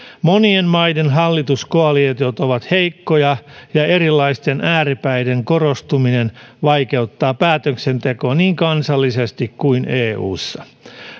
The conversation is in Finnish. monien maiden hallituskoalitiot ovat heikkoja ja erilaisten ääripäiden korostuminen vaikeuttaa päätöksentekoa niin kansallisesti kuin eussa